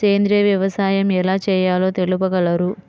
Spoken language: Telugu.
సేంద్రీయ వ్యవసాయం ఎలా చేయాలో తెలుపగలరు?